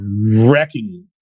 wrecking